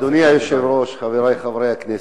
אדוני היושב-ראש, חברי חברי הכנסת,